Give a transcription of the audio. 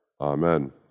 Amen